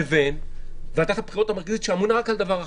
לבין ועדת הבחירות המרכזית שאמונה רק על דבר אחד,